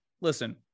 listen